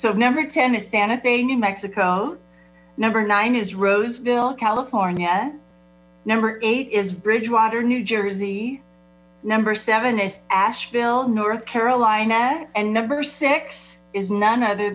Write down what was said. number ten is santa fe new mexico number nine is roseville california number eight is bridgewater new jersey number seven is asheville north carolina and number six is none other